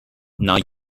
now